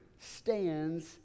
stands